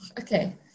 okay